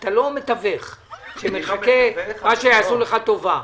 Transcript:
אתה לא מתווך שמחכה עד שיעשו לך טובה.